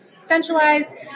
centralized